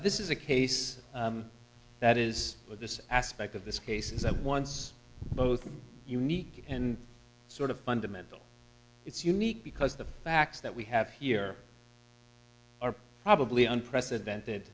this is a case that is but this aspect of this case is that once both are unique and sort of fundamental it's unique because the facts that we have here are probably unprecedented